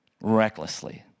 recklessly